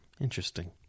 Interesting